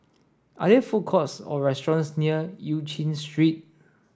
are there food courts or restaurants near Eu Chin Street